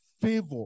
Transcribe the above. favor